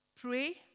pray